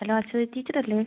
hello Aswathy ടീച്ചറല്ലേ